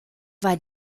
war